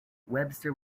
webster